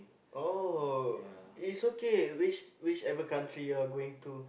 oh is okay which which ever country you're going to